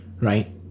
right